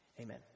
Amen